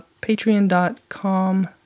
patreon.com